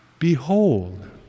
Behold